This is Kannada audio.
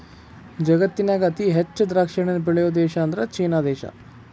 ಜಗತ್ತಿನ್ಯಾಗ ಅತಿ ಹೆಚ್ಚ್ ದ್ರಾಕ್ಷಿಹಣ್ಣನ್ನ ಬೆಳಿಯೋ ದೇಶ ಅಂದ್ರ ಚೇನಾ ದೇಶ